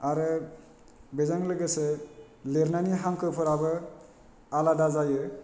आरो बेजों लोगोसे लिरनायनि हांखोफोराबो आलादा जायो